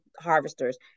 harvesters